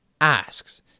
asks